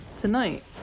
Tonight